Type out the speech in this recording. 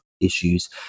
issues